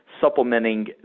supplementing